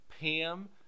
Pam